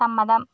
സമ്മതം